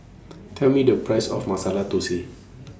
Tell Me The Price of Masala Thosai